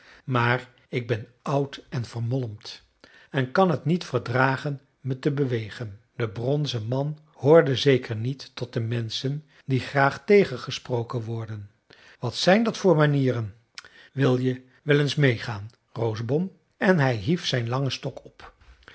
maar ik ben oud en vermolmd en kan t niet verdragen me te bewegen de bronzen man hoorde zeker niet tot de menschen die graag tegengesproken worden wat zijn dat voor manieren wil je wel eens meegaan rosenbom en hij hief zijn langen stok op